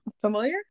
familiar